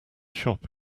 shop